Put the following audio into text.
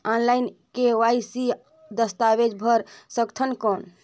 Online KYC दस्तावेज भर सकथन कौन?